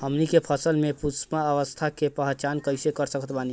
हमनी के फसल में पुष्पन अवस्था के पहचान कइसे कर सकत बानी?